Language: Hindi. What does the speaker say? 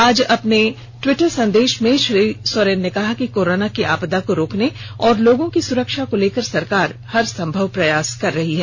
आज अपने ट्विटर संदेष में श्री सोरेन ने कहा कि कोरोना की आपदा को रोकने और लोगों की सुरक्षा को लेकर सरकार हरसंभव प्रयास कर रही है